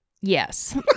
Yes